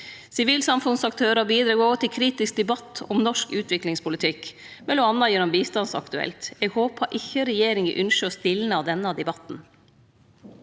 Sivilsamfunnsaktørar bidreg òg til kritisk debatt om norsk utviklingspolitikk, mellom anna gjennom Bistandsaktuelt. Eg håpar ikkje regjeringa ynskjer å få denne debatten